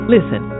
Listen